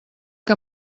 que